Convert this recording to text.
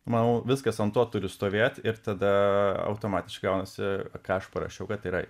manau viskas ant to turi stovėti ir tada automatiškai gaunasi ką aš parašiau kad tai yra